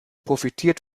profitiert